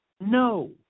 No